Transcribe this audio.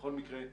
בכל מקרה,